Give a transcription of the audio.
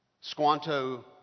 Squanto